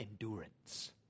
endurance